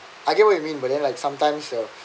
I get what you mean but then like sometimes